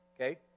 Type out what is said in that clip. okay